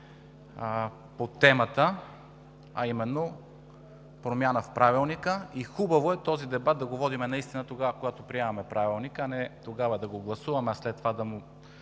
по темата, а именно промяна в Правилника и хубаво е този дебат да го водим тогава, когато приемаме Правилника, а не да го гласуваме и след това да се